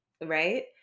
right